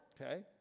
okay